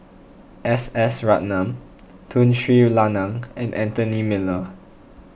S S Ratnam Tun Sri Lanang and Anthony Miller